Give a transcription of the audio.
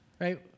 right